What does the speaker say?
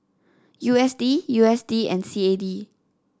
U S D U S D and C A D